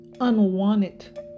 unwanted